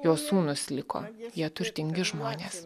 jo sūnūs liko jie turtingi žmonės